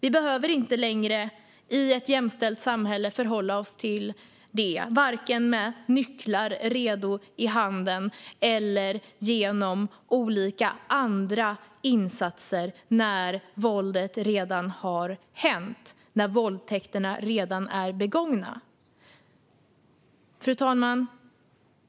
I ett jämställt samhälle behöver vi inte längre förhålla oss till det här. Vi behöver varken ha nycklar redo i handen eller göra andra olika insatser när våldet redan har skett och när våldtäkterna redan är begångna. Fru talman!